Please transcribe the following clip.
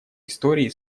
истории